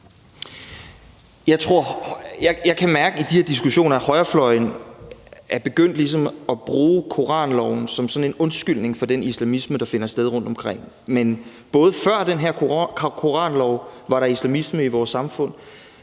Jeg kan mærke i de her diskussioner, at højrefløjen er begyndt på ligesom at bruge koranloven som sådan en undskyldning for den islamisme, der finder sted rundtomkring, men før den her koranlov var der islamisme i vores samfund,